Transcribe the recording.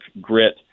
grit